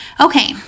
Okay